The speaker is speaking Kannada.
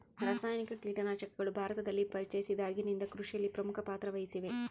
ರಾಸಾಯನಿಕ ಕೇಟನಾಶಕಗಳು ಭಾರತದಲ್ಲಿ ಪರಿಚಯಿಸಿದಾಗಿನಿಂದ ಕೃಷಿಯಲ್ಲಿ ಪ್ರಮುಖ ಪಾತ್ರ ವಹಿಸಿವೆ